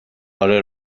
آره